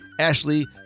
Ashley